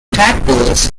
tadpoles